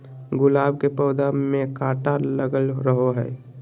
गुलाब के पौधा में काटा लगल रहो हय